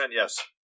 yes